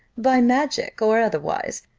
by magic, or otherwise,